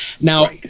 Now